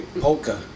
Polka